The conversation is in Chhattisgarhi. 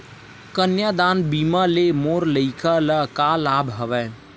कन्यादान बीमा ले मोर लइका ल का लाभ हवय?